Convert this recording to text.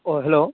अह hello